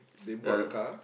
ya